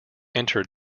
entered